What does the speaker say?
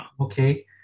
Okay